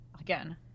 again